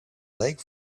leg